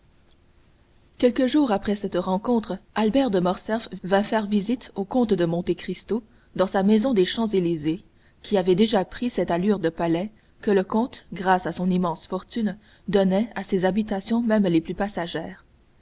quelques jours après cette rencontre albert de morcerf vint faire visite au comte de monte cristo dans sa maison des champs-élysées qui avait déjà pris cette allure de palais que le comte grâce à son immense fortune donnait à ses habitations même les plus passagères